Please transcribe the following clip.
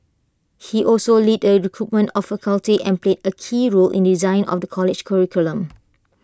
he also led the recruitment of faculty and played A key role in the design of the college's curriculum